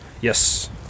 Yes